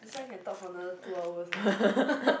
this one can talk for another two hours